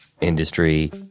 industry